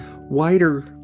wider